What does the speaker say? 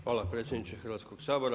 Hvala predsjedniče Hrvatskoga sabora.